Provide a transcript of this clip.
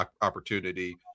opportunity